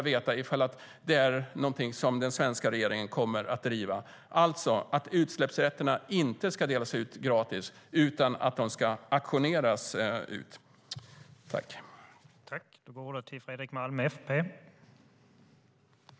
Kommer den svenska regeringen att driva att utsläppsrätterna inte ska delas ut gratis utan att de ska auktioneras ut? Det skulle jag vilja veta.